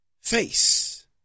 face